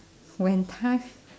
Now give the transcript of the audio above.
when time